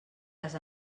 les